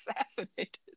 assassinated